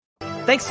Thanks